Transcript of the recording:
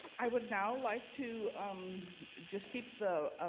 i? would now like to um just keep the